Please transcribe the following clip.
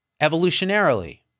evolutionarily